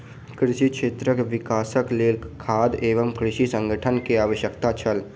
कृषि क्षेत्रक विकासक लेल खाद्य एवं कृषि संगठन के आवश्यकता छल